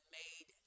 made